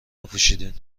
نپوشیدین